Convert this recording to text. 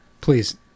please